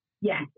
Yes